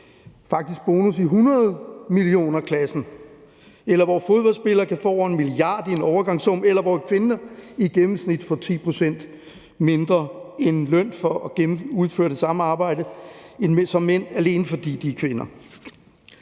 faktisk bonus i hundredmillionerklassen – eller hvor fodboldspillere kan få over 1 mia. kr. i en overgangssum, eller hvor kvinder i gennemsnit får 10 pct. mindre i løn for at udføre det samme arbejde som mænd, alene fordi de kvinder.